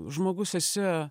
žmogus esi